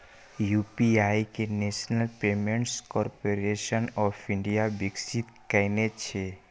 UPI कें national payments corporation of India विकसित केने छै